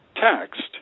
text